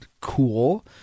cool